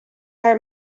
her